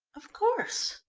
of course.